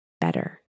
better